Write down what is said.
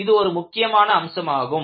இது ஒரு முக்கியமான அம்சமாகும்